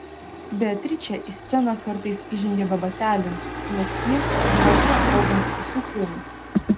beatričė į sceną kartais įžengia be batelių nes ji dvasia kalbanti visu kūnu